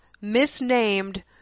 misnamed